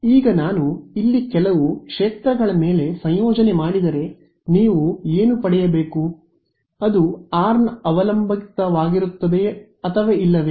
ಈಗ ನಾನು ಇಲ್ಲಿ ಕೆಲವು ಕ್ಷೇತ್ರಗಳ ಮೇಲೆ ಸಂಯೋಜನೆ ಮಾಡಿದರೆ ನೀವು ಏನು ಪಡೆಯಬೇಕು ಅದು ಆರ್ ನ ಅವಲಂಬಿತವಾಗಿರುತ್ತದೆ ಅಥವಾ ಇಲ್ಲವೇ